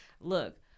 look